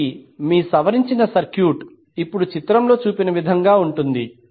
కాబట్టి మీ సవరించిన సర్క్యూట్ ఇప్పుడు చిత్రంలో చూపిన విధంగా ఉంటుంది